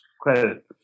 credit